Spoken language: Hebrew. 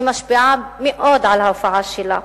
שמשפיעה מאוד על ההופעה שלהם,